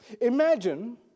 Imagine